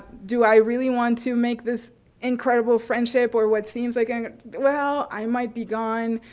do i really want to make this incredible friendship or what seems like and well, i might be gone.